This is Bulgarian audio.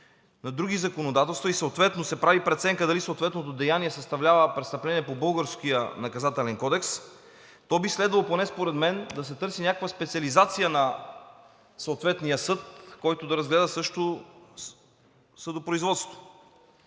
на други законодателства и съответно се прави преценка дали съответното деяние съставлява престъпление по българския Наказателен кодекс, то би следвало, поне според мен, да се търси някаква специализация на съответния съд, който да разгледа също съдопроизводството.